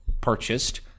purchased